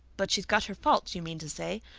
but she's got her faults, you mean to say?